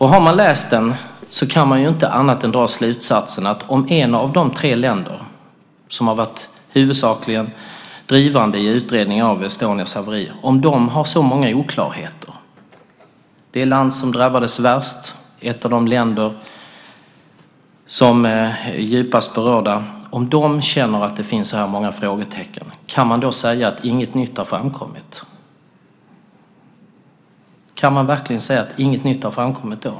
Har man läst den kan man inte annat än att dra en slutsats av att ett av de tre länder som har varit huvudsakligen drivande i utredningen av Estonias haveri har så många oklarheter. Det är det land som drabbades värst. Det är ett av de länder som är djupast berörda. Om det känner att det finns så här många frågetecken, kan man då säga att inget nytt har framkommit? Kan man då verkligen säga att ingenting nytt har framkommit?